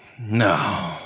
No